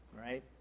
right